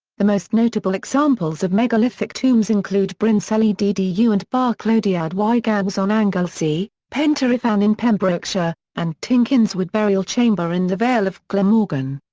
the most notable examples of megalithic tombs include bryn celli ddu and barclodiad y gawres on anglesey, pentre ifan and in pembrokeshire, and tinkinswood burial chamber in the vale of glamorgan.